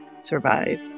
survive